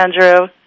Andrew